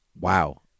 Wow